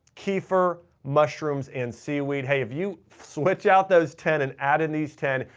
kefir, mushrooms, and seaweed. hey, if you switch out those ten and add in these ten,